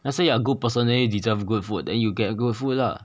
let's say you are good person then you deserve good food then you get good food lah